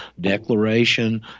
declaration